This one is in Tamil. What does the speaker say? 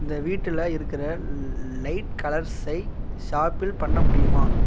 இந்த வீட்டில் இருக்கிற லைட் கலர்ஸை ஷாபில் பண்ண முடியுமா